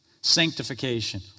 sanctification